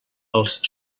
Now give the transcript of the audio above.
els